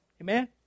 Amen